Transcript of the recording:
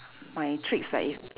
my tricks ah if